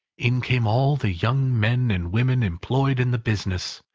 in came all the young men and women employed in the business.